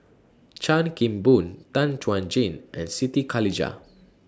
Chan Kim Boon Tan Chuan Jin and Siti Khalijah